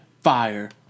Fire